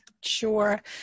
Sure